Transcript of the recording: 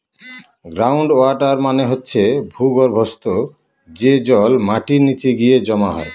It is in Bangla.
গ্রাউন্ড ওয়াটার মানে হচ্ছে ভূর্গভস্ত, যে জল মাটির নিচে গিয়ে জমা হয়